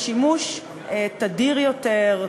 לשימוש תדיר יותר,